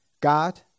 God